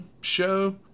show